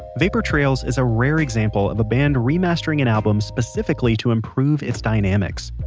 vapor trails is a rare example of a band remastering an album specifically to improve it's dynamics.